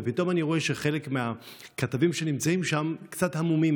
ופתאום אני רואה שחלק מהכתבים שנמצאים שם קצת המומים,